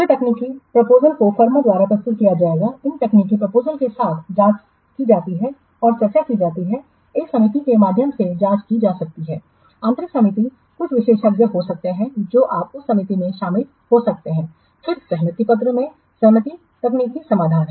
फिर तकनीकी प्रपोजलसको फर्मों द्वारा प्रस्तुत किया जाएगा इन तकनीकी प्रपोजलस के साथ जांच की जाती है और चर्चा की जाती है एक समिति के माध्यम से जांच की जा सकती है आंतरिक समिति कुछ विशेषज्ञ हो सकते हैं जो आप उस समिति में शामिल हो सकते हैं फिर सहमति पत्र में सहमति तकनीकी समाधान